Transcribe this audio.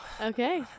Okay